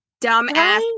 dumbass